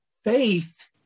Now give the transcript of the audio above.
Faith